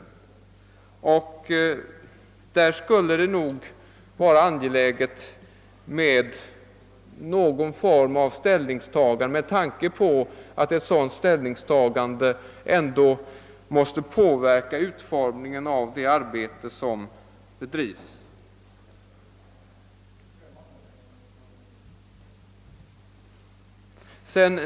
Därvidlag är det nog angeläget med någon form av ställningstagande med tanke på att ett sådant måste påverka utformningen av det arbete som bedrivs.